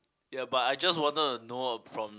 ya but I just wanted to know uh from